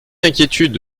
inquiétude